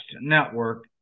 Network